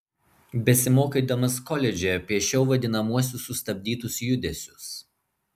besimokydamas koledže piešiau vadinamuosius sustabdytus judesius